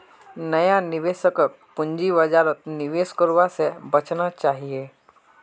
नया निवेशकक पूंजी बाजारत निवेश करवा स बचना चाहिए